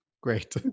Great